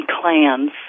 clans